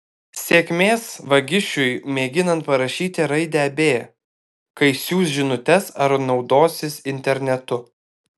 sėkmės vagišiui mėginant parašyti raidę b kai siųs žinutes ar naudosis internetu